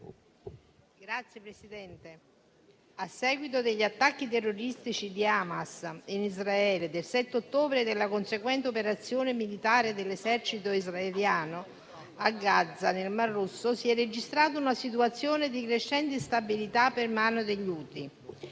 Signor Presidente, a seguito degli attacchi terroristici di Hamas in Israele del 7 ottobre e della conseguente operazione militare dell'esercito israeliano a Gaza, nel Mar Rosso si è registrata una situazione di crescente instabilità per mano degli Houthi,